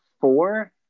Four